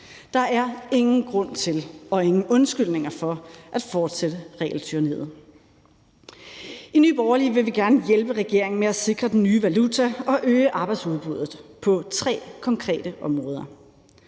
Der er ingen grund til og ingen undskyldninger for at fortsætte regeltyranniet. I Nye Borgerlige vil vi gerne hjælpe regeringen med at sikre den nye valuta og øge arbejdsudbuddet på tre konkrete områder.